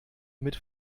mit